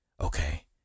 okay